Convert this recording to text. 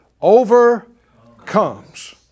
Overcomes